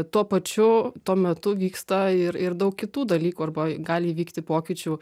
tuo pačiu tuo metu vyksta ir ir daug kitų dalykų arba gali įvykti pokyčių